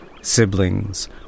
Siblings